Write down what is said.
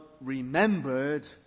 remembered